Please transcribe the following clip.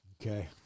Okay